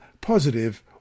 positive